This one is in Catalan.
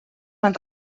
van